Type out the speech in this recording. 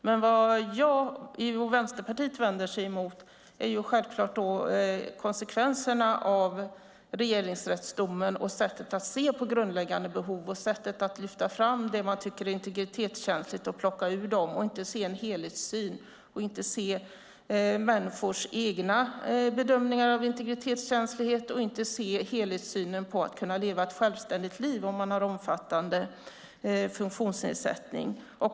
Men vad jag och Vänsterpartiet vänder sig mot är konsekvenserna av regeringsrättsdomen och sättet att se på grundläggande behov, sättet att lyfta fram det man tycker är integritetskänsligt, plocka ur det och inte ha en helhetssyn, inte se människors egna bedömningar av integritetskänslighet, inte ha helhetssyn när det gäller möjligheten att leva ett självständigt liv om man har omfattande funktionsnedsättning.